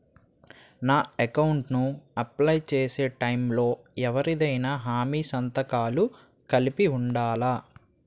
నా అకౌంట్ ను అప్లై చేసి టైం లో ఎవరిదైనా హామీ సంతకాలు కలిపి ఉండలా?